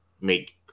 Make